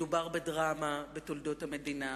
מדובר בדרמה בתולדות המדינה,